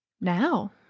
now